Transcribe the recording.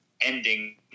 ending